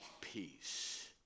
peace